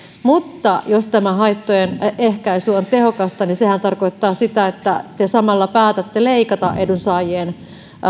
mutta jos tämä haittojen ehkäisy on tehokasta niin sehän tarkoittaa sitä että te samalla päätätte leikata edunsaajien